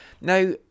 Now